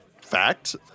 fact